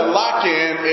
lock-in